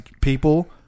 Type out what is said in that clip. people